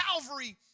Calvary